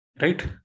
Right